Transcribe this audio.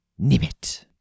nimit